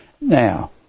Now